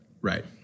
Right